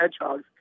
hedgehogs